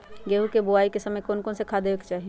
गेंहू के बोआई के समय कौन कौन से खाद देवे के चाही?